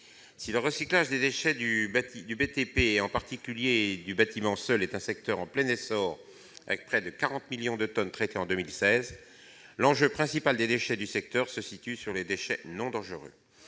Si le recyclage des déchets du BTP, en particulier du bâtiment seul, est un secteur en plein essor, avec près de 40 millions de tonnes traitées en 2016, l'enjeu principal de ce recyclage se situe au niveau des déchets non dangereux.